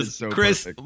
Chris